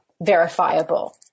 verifiable